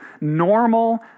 normal